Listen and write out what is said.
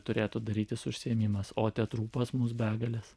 turėtų darytis užsiėmimas o teatrų pas mus begalės